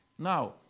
Now